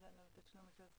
תקנה 93 לתקנות המקרקעין.